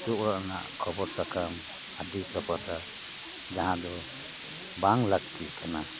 ᱟᱹᱛᱩ ᱚᱲᱟᱜ ᱨᱮᱱᱟᱜ ᱠᱷᱚᱵᱚᱨ ᱥᱟᱠᱟᱢ ᱟᱹᱰᱤ ᱛᱚᱯᱷᱟᱛᱟ ᱡᱟᱦᱟᱸ ᱫᱚ ᱵᱟᱝ ᱞᱟᱹᱠᱛᱤ ᱠᱟᱱᱟ